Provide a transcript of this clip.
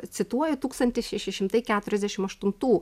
cituoju tūkstantis šeši šimtai keturiasdešimt aštuntų